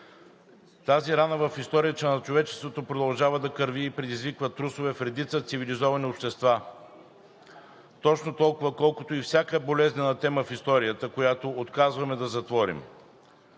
Тази рана в историята на човечеството продължава да кърви и предизвиква трусове в редица цивилизовани общества, точно толкова, колкото и всяка болезнена тема в историята, която отказваме да затворим.